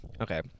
okay